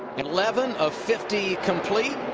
eleven of fifty complete.